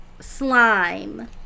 slime